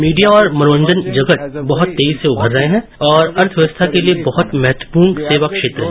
media और मनोरंजन जगत बहुत तेजी से उभर रहे हैं और अर्थव्यवस्था के लिए बहुत महत्वपूर्ण सेवा क्षेत्र है